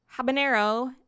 Habanero